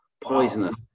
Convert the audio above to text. Poisonous